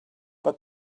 but